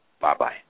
Bye-bye